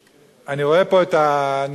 אני רואה פה את הנכבדים,